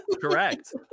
Correct